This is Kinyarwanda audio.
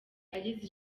ageza